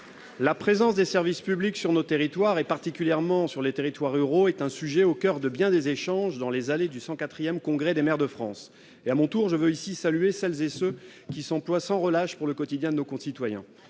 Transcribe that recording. La présence des services publics dans nos territoires, particulièrement dans les territoires ruraux, est au coeur de bien des échanges dans les allées du 104 Congrès des maires de France. À mon tour, je veux saluer ici celles et ceux qui s'emploient sans relâche à améliorer le quotidien de nos concitoyens.